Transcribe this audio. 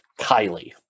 Kylie